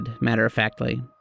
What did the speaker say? matter-of-factly